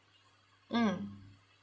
mm